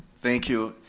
thank you.